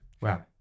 wow